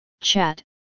chat